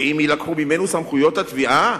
ואם יילקחו ממנו סמכויות התביעה,